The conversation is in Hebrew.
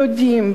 דודים,